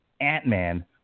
Ant-Man